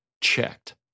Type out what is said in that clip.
checked